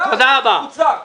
אנחנו משעממים אותו.